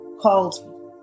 called